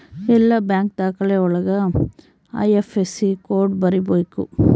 ಎಲ್ಲ ಬ್ಯಾಂಕ್ ದಾಖಲೆ ಒಳಗ ಐ.ಐಫ್.ಎಸ್.ಸಿ ಕೋಡ್ ಬರೀಬೇಕು